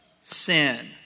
sin